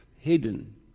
hidden